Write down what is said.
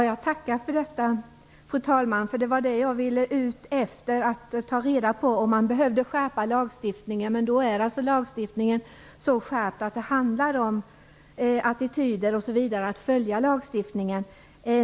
Fru talman! Jag tackar för detta. Jag var ju ute efter att få reda på om lagstiftningen behöver skärpas. Den är alltså skärpt, och det handlar om att följa lagstiftningen.